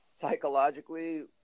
psychologically